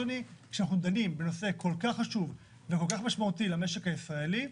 כשאנחנו דנים בנושא כל כך חשוב למשק הישראלי,